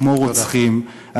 כמו רוצחים.